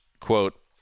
quote